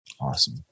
Awesome